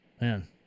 Man